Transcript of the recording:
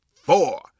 four